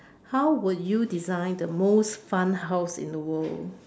how would you design the most fun house in the world